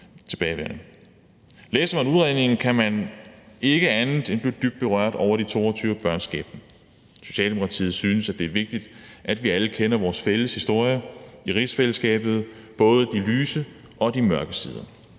Læser man udredningen, kan man ikke andet end blive dybt berørt over de 22 børns skæbne. Socialdemokratiet synes, det er vigtigt, at vi alle kender vores fælles historie i rigsfællesskabet, både de lyse og de mørke sider.